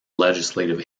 legislative